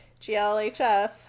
GLHF